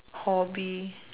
hobby